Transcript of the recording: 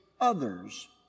others